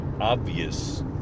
obvious